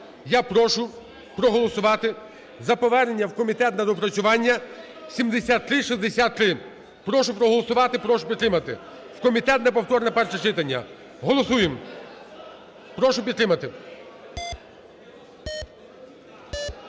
я прошу проголосувати за повернення в комітет на доопрацювання 7363. Прошу проголосувати, прошу підтримати. В комітет на повторне перше читання. Голосуємо. Прошу підтримати.